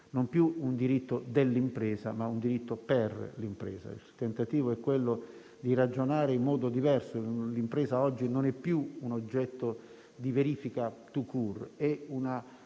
non più un diritto dell'impresa, ma un diritto per l'impresa. Il tentativo è quello di ragionare in modo diverso, perché l'impresa oggi non è più un oggetto di verifica *tout court*,